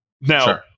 Now